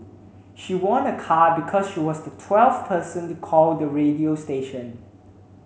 she won a car because she was the twelfth person to call the radio station